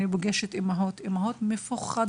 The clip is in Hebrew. אני פוגשת אימהות מפוחדות,